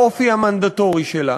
באופי המנדטורי שלה